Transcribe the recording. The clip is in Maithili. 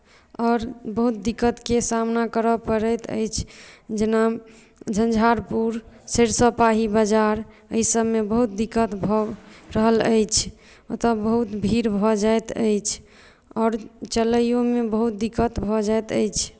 आओर बहुत दिक्कतके सामना करय पड़ैत अछि जेना झँझारपुर सरिसबपाही बाजार एहिसभमे बहुत दिक्कत भऽ रहल अछि ओतय बहुत भीड़ भऽ जाइत अछि आओर चलइयोमे बहुत दिक्कत भऽ जाइत अछि